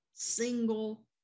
single